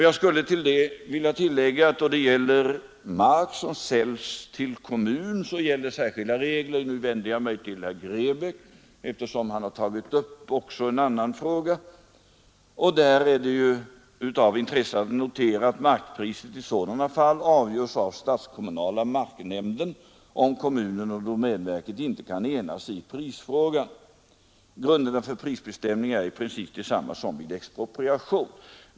Jag skulle vilja tillägga — nu vänder jag mig till herr Grebäck, eftersom han har tagit upp också en annan fråga — att då det gäller mark som säljs till kommun gäller särskilda regler. Av intresse att notera är att markpriset i sådana fall avgörs av statskommunala marknämnden, om kommunen och domänverket inte kan enas i prisfrågan. Grunderna för prisbestämningen är då i princip desamma som vid expropriation.